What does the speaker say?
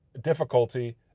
difficulty